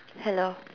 hello